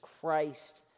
Christ